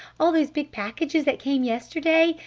all those big packages that came yesterday?